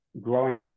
growing